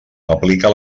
aplica